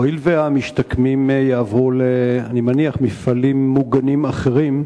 הואיל והמשתקמים יעברו למפעלים מוגנים אחרים,